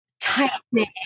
Tightening